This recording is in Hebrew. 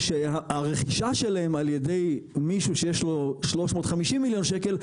שהרכישה שלהן על ידי מישהו שיש לו 350 מיליון שקל,